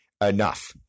enough